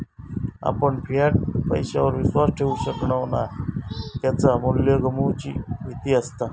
आपण फियाट पैशावर विश्वास ठेवु शकणव नाय त्याचा मू्ल्य गमवुची भीती असता